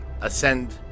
ascend